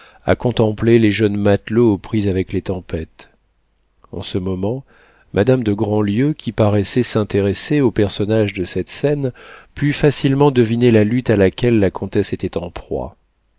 à contempler les jeunes matelots aux prises avec les tempêtes en ce moment madame de grandlieu qui paraissait s'intéresser aux personnages de cette scène put facilement deviner la lutte à laquelle la comtesse était en proie